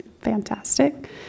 fantastic